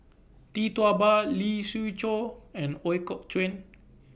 Tee Tua Ba Lee Siew Choh and Ooi Kok Chuen